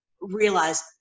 realize